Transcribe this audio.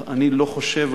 אני לא חושב,